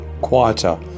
quieter